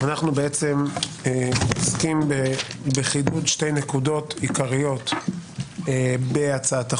אנחנו מתעסקים בחידוד שתי נקודות עיקריות בהצעת החוק: